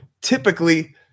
typically